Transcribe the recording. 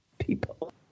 people